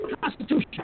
constitution